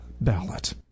ballot